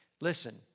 Listen